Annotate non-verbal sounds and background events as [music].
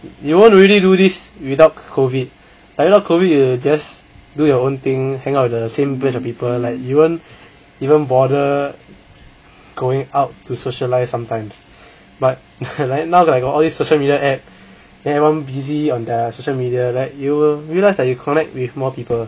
you want to really do this without COVID but not COVID you just do your own thing hang out the same of people like you won't even bother going out to socialise sometimes but [laughs] now like all these social media app everyone busy on their social media like you will realize that you connect with more people